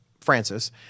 Francis